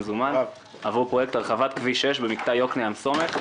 במזומן עבור פרויקט הרחבת כביש 6 במקטע יקנעם סומך,